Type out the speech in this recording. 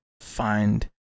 find